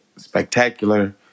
spectacular